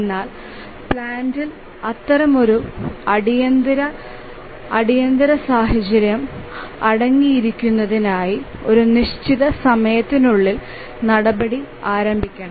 എന്നാൽ പ്ലാന്റിൽ അത്തരമൊരു അടിയന്തിര സാഹചര്യം അടങ്ങിയിരിക്കുന്നതിനായി ഒരു നിശ്ചിത സമയത്തിനുള്ളിൽ നടപടി ആരംഭിക്കണം